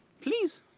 Please